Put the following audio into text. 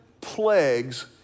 plagues